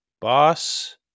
boss